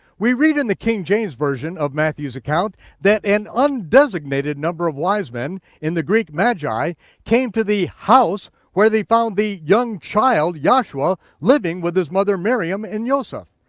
we read in the king james version of matthew's account that an undesignated number of wise men in the greek magi came to the house where they found the young child yahshua living with his mother miriam and yoseph.